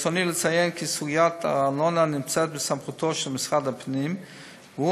ברצוני לציין כי סוגיית הארנונה נמצאת בסמכותו של משרד הפנים והוא